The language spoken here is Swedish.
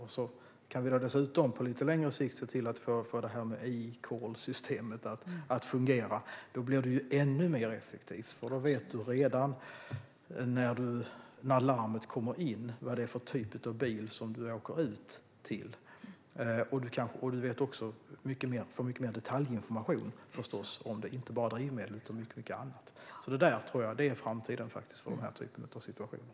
Om vi på lite längre sikt kan få E-callsystemet att fungera blir det än mer effektivt. Då vet räddningstjänsten redan när larmet kommer in vad det är för typ av bil man är på väg till, och man får mycket mer detaljinformation, inte bara om drivmedel utan också om mycket annat. Detta tror jag är framtiden för denna typ av situationer.